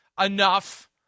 enough